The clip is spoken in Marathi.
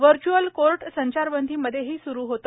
व्हच्य्अल कोर्ट संचारबंदीमध्येही स्रू होते